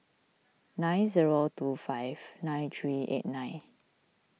nine zero two five nine three eight nine